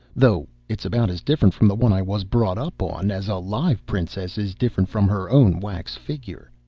though it's about as different from the one i was brought up on as a live princess is different from her own wax figger.